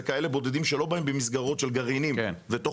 זה כאלה בודדים שלא באים במסגרות של גרעינים ותוכניות,